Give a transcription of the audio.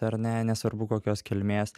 ar ne nesvarbu kokios kilmės